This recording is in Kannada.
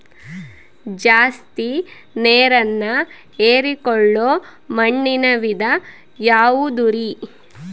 ಜಾಸ್ತಿ ನೇರನ್ನ ಹೇರಿಕೊಳ್ಳೊ ಮಣ್ಣಿನ ವಿಧ ಯಾವುದುರಿ?